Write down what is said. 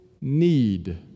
need